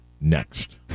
next